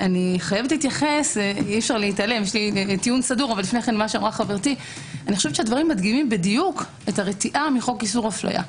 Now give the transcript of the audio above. לגבי מה שאמר חברתי - הדברים מדגימים את הרתיעה מחוק איסור אפליה.